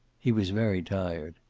he was very tired.